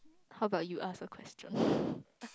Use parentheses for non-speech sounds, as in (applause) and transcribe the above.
how about you ask a question (breath)